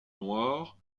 noirs